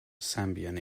zambian